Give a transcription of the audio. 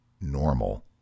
normal